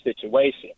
situation